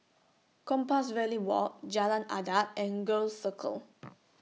Compassvale Walk Jalan Adat and Gul Circle